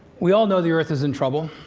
we all know the earth is in trouble.